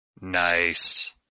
Nice